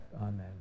Amen